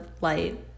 light